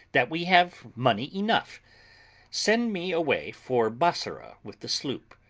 that we have money enough send me away for bassorah with the sloop,